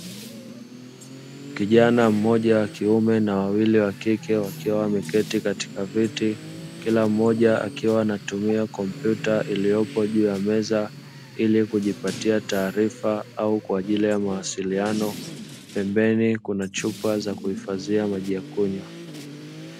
Kijana mmoja wa kiume na wawili wakike, wakiwa wameketi katika viti kila mmoja akiwa anatumia kompyuta iliyopo juu ya meza ili kujipatia taarifa au kwa ajili ya mawasiliano. Pembeni kuna chupa za kuhifadhia maji ya kunywa.